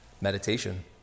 meditation